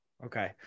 Okay